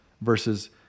versus